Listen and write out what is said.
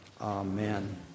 Amen